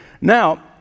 Now